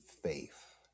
faith